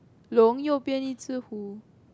龙右边一只虎